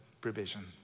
provision